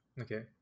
okay